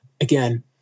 again